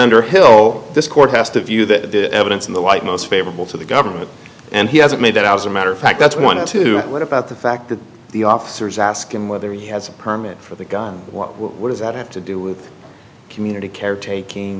underhill this court has to view the evidence in the light most favorable to the government and he hasn't made that i was a matter of fact that's one of two what about the fact that the officers ask him whether he has a permit for the gun what does that have to do with community care taking